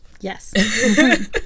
yes